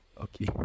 Okay